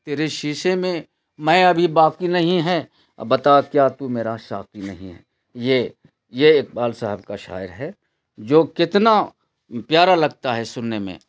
ترے شیشے میں مے ابھی باقی نہیں ہے اب بتا کیا تو میرا ساقی نہیں ہے یہ یہ اقبال صاحب کا شاعر ہے جو کتنا پیارا لگتا ہے سننے میں